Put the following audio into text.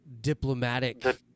diplomatic